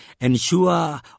Ensure